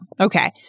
Okay